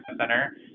center